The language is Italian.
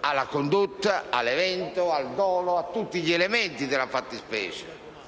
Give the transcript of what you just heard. alla condotta, all'evento, al dolo e a tutti gli elementi della fattispecie.